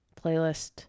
playlist